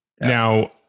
Now